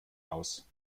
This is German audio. aus